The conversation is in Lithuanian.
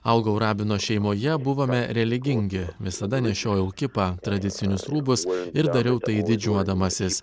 augau rabino šeimoje buvome religingi visada nešiojau kipą tradicinius rūbus ir dariau tai didžiuodamasis